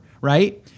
right